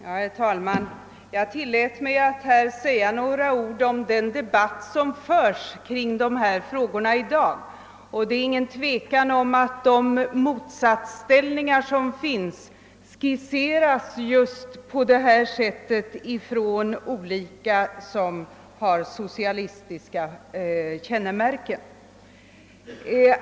Herr talman! Jag tillät mig här säga några ord om den debatt som förts kring dessa frågor i dag. Det är ingen tvekan om att de motsättningar som finns skisseras just på detta sätt från dem som har socialistiska kännemärken.